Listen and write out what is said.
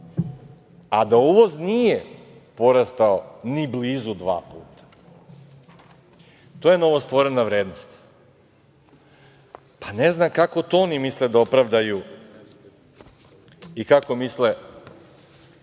a da uvoz nije porastao ni blizu dva puta. To je novostvorena vrednost. Pa ne znam kako to oni misle da opravdaju, i kako misle